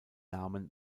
namen